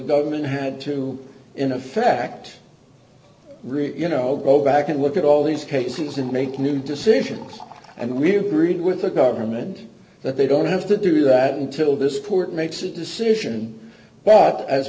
government had to in effect really you know go back and look at all these cases and make new decisions and we have agreed with the government that they don't have to do that until this court makes a decision but as